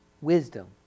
wisdom